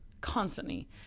Constantly